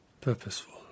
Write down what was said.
Purposeful